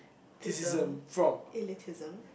tism eh elitism